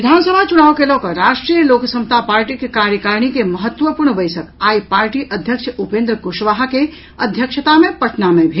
विधानसभा चुनाव के लऽ कऽ राष्ट्रीय लोक समता पार्टीक कार्यकारिणी के महत्वपूर्ण बैसक आई पार्टी अध्यक्ष उपेन्द्र कुशवाहा के अध्यक्षता मे पटना मे भेल